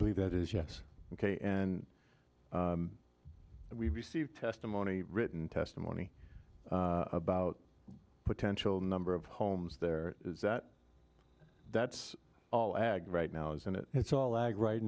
believe that is yes ok and we've received testimony written testimony about potential number of homes there is that that's all ag right now isn't it it's all ag right